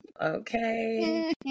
okay